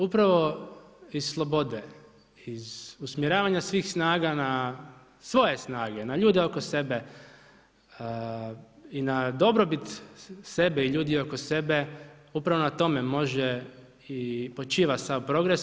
Upravo iz slobode, iz usmjeravanja svih snaga na svoje snage, na ljude oko sebe i na dobrobit sebe i ljudi oko sebe, upravo na tome može i počiva sav progres.